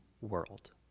world